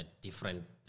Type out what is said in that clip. different